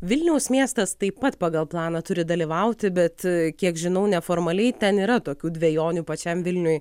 vilniaus miestas taip pat pagal planą turi dalyvauti bet kiek žinau neformaliai ten yra tokių dvejonių pačiam vilniui